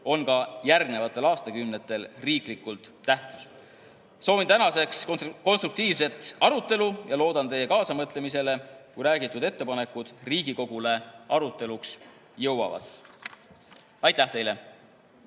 on ka järgnevatel aastakümnetel riiklikult tähtis. Soovin tänaseks konstruktiivset arutelu ja loodan teie kaasamõtlemisele, kui räägitud ettepanekud Riigikogule aruteluks jõuavad. Aitäh teile!